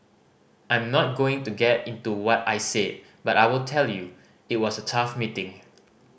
I'm not going to get into what I said but I will tell you it was a tough meeting